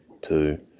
two